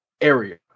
area